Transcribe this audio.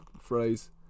phrase